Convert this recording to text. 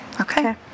Okay